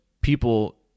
people